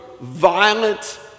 violent